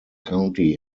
county